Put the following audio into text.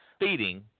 feeding